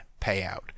payout